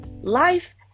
Life